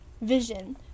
Vision